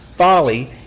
Folly